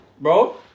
Bro